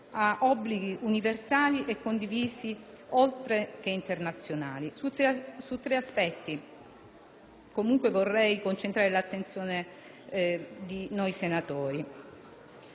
ad obblighi universali e condivisi, oltre che internazionali. Su tre aspetti, comunque, vorrei concentrare l'attenzione di noi senatori.